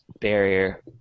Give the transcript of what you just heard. barrier